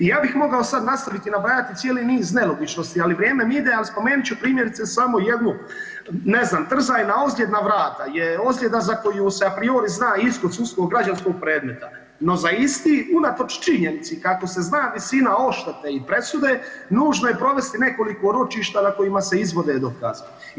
I ja bih mogao sada nastaviti nabrajati cijeli niz nelogičnosti, ali vrijeme mi ide al spomenut ću primjerice samo jednu ne znam trzajna ozljeda vrata je ozljeda za koju se a priori zna iz tog sudskog građanskog predmeta no za isti unatoč činjenici kako se zna visina oštete i presude nužno je provesti nekoliko ročišta na kojima se izvode dokazi.